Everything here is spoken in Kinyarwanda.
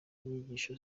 inyigisho